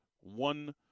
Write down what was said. one